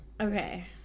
Okay